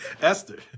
esther